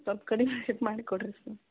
ಸ್ವಲ್ಪ ಕಡಿಮೆ ಮಾಡಿಕೊಡ್ರಿ ಸರ್